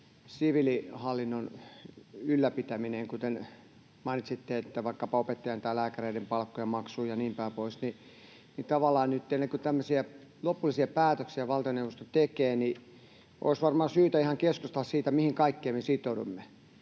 siviilihallinnon ylläpitämiseen, kuten mainitsitte, että vaikkapa opettajien tai lääkäreiden palkkojen maksuun ja niin päin pois, niin tavallaan nyt, ennen kuin tämmöisiä lopullisia päätöksiä valtioneuvosto tekee, olisi varmaan syytä ihan keskustella siitä, mihin kaikkeen me sitoudumme.